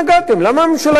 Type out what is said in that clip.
למה הממשלה התנגדה?